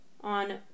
on